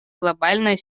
глобальной